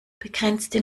begrenzte